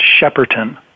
Shepparton